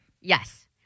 Yes